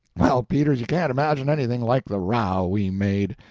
well, peters, you can't imagine anything like the row we made.